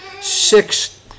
six